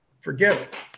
forget